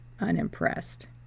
unimpressed